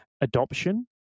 adoption